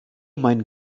mein